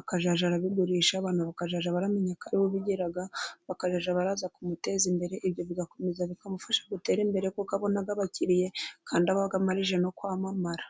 akazajya arabigurisha, abantu bakajya baramenya ko ari we ubigira, bakazajya baraza kumuteza imbere. Ibyo bigakomeza bikamufasha gutera imbere, kuko abona abakiriye kandi aba amajije no kwamamara.